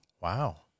Wow